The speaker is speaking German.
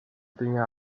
dinge